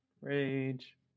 rage